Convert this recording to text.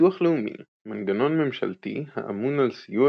ביטוח לאומי מנגנון ממשלתי האמון על סיוע